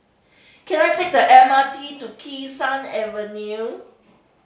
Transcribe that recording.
can I take the M R T to Kee Sun Avenue